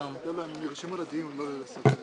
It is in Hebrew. נרשמו לדיון, לא להצעות לסדר.